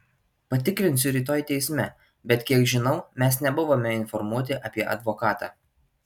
patikrinsiu rytoj teisme bet kiek žinau mes nebuvome informuoti apie advokatą